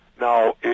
Now